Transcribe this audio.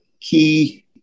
key